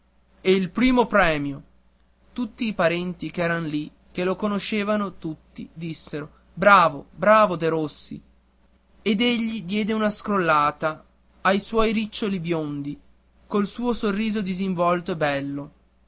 e il primo premio tutti i parenti ch'eran lì che lo conoscevan tutti dissero bravo bravo derossi ed egli diede una scrollata ai suoi riccioli biondi col suo sorriso disinvolto e bello